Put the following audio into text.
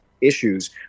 issues